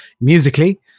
musically